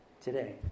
today